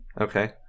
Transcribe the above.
Okay